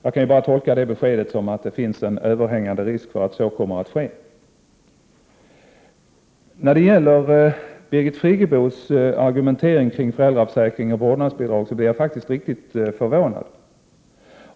Jag kan bara tolka det beskedet som att det finns en överhängande risk för att så kommer att ske. Birgit Friggebos argumentering kring föräldraförsäkring och vårdnadsbidrag gjorde mig faktiskt riktigt förvånad.